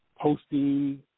posting